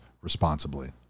responsibly